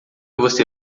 você